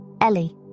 Ellie